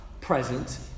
present